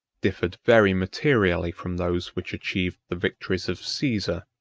differed very materially from those which achieved the victories of caesar,